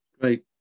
Great